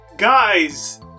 Guys